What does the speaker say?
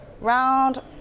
round